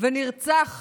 ונרצח